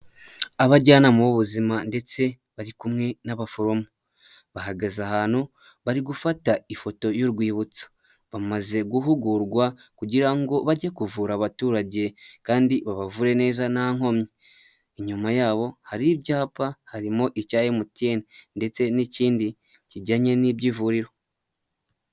Abajyanama b'ubuzima ndetse bari kumwe n'abaforomo, bahagaze ahantu bari gufata ifoto y'urwibutso, bamaze guhugurwa kugira ngo bajye kuvura abaturage kandi babavure neza nta nkomyi, inyuma yabo hari ibyapa harimo icya MTN ndetse n'ikindi kijyanye n'iby'ivuriro.